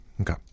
Okay